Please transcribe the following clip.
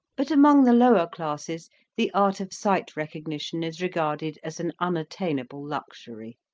but among the lower classes the art of sight recognition is regarded as an unattainable luxury.